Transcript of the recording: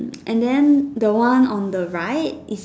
and than the one on the right is